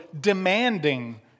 demanding